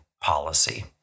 policy